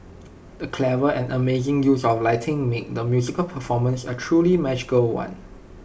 the clever and amazing use of lighting made the musical performance A truly magical one